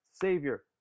savior